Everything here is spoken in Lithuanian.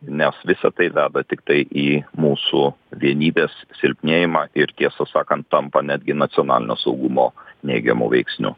nes visa tai veda tiktai į mūsų vienybės silpnėjimą ir tiesą sakant tampa netgi nacionalinio saugumo neigiamu veiksniu